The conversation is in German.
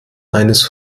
eines